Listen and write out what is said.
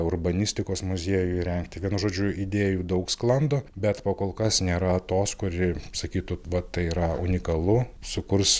urbanistikos muziejų įrengti vienu žodžiu idėjų daug sklando bet po kol kas nėra tos kuri sakytų va tai yra unikalu sukurs